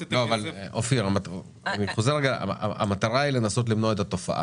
המטרה היא לנסות למנוע את התופעה.